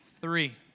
three